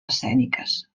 escèniques